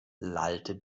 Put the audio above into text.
lallte